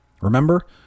Remember